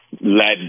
led